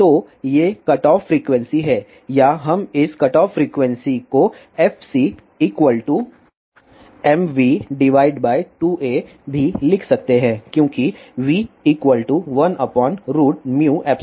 तो ये cutoff frequency हैं या हम इस कटऑफ फ्रीक्वेंसी को fcmv2a भी लिख सकते हैं क्योंकि v1μϵ